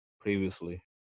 previously